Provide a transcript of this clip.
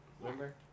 Remember